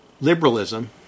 Liberalism